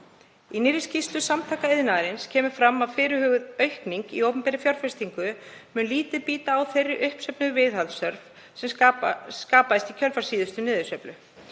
Í nýrri skýrslu Samtaka iðnaðarins kemur fram að fyrirhuguð aukning í opinberri fjárfestingu muni lítið bíta á þá uppsöfnuðu viðhaldsþörf sem skapaðist í kjölfar síðustu niðursveiflu.